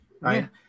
right